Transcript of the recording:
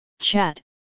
chat